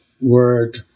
word